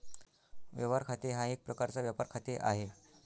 व्यवहार खाते हा एक प्रकारचा व्यापार खाते आहे